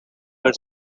her